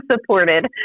supported